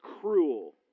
cruel